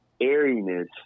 airiness